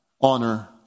honor